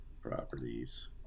Properties